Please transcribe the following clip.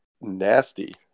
nasty